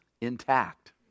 intact